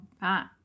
back